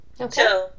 okay